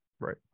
right